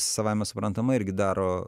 savaime suprantama irgi daro